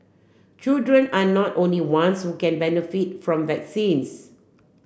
children are not only ones who can benefit from vaccines